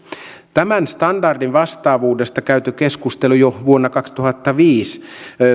tämän standardin vastaavuudesta käydyssä keskustelussa ruotsissa todettiin jo vuonna kaksituhattaviisi